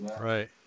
right